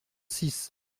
six